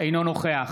אינו נוכח